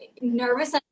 nervous